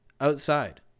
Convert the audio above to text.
outside